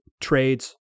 trades